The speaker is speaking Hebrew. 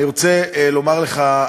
אני רוצה לומר לך,